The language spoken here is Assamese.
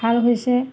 ভাল হৈছে